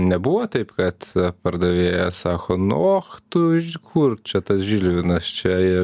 nebuvo taip kad pardavėjas sako nu tu iš kur čia tas žilvinas čia